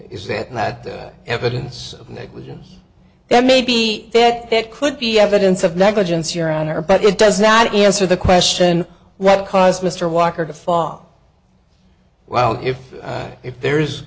is that and that the evidence of negligence that may be that it could be evidence of negligence your honor but it does not answer the question what caused mr walker to fall well if if there